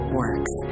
works